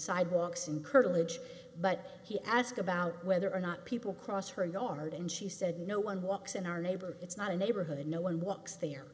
sidewalks and curtilage but he asked about whether or not people cross her yard and she said no one walks in our neighborhood it's not a neighborhood no one walks there